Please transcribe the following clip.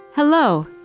Hello